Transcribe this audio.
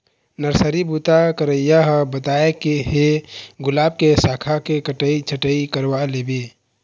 nursery बूता करइया ह बताय हे गुलाब के साखा के कटई छटई करवा लेबे